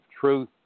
truth